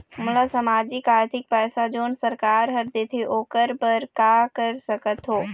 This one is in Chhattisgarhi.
मोला सामाजिक आरथिक पैसा जोन सरकार हर देथे ओकर बर का कर सकत हो?